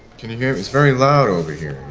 can you hear me? it's very loud over here.